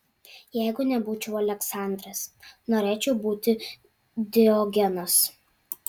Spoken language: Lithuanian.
jeigu nebūčiau aleksandras norėčiau būti diogenas